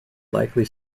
likely